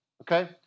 okay